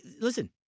Listen